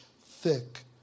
thick